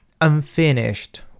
unfinished